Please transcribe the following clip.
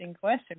question